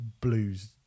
blues